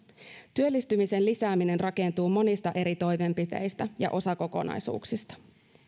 työllistymisen lisääminen rakentuu monista eri toimenpiteistä ja osakokonaisuuksista